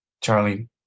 Charlie